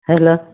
hello